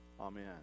Amen